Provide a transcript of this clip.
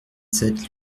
sept